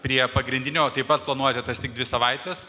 prie pagrindinio taip pat planuoti tas tik dvi savaites